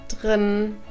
drin